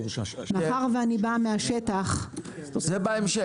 מאחר שאני באה מהשטח --- זה בהמשך,